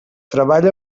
treballa